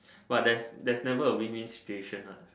but there's there's never a win win situation what